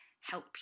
help